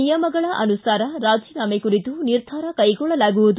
ನಿಯಮಗಳ ಅನುಸಾರ ರಾಜೀನಾಮೆ ಕುರಿತು ನಿರ್ಧಾರ ಕೈಗೊಳ್ಳಲಾಗುವುದು